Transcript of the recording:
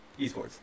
esports